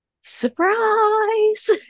surprise